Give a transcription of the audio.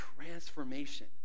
transformation